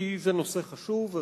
כי זה נושא חשוב.